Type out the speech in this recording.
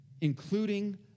including